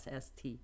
SST